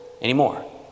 anymore